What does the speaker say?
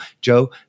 Joe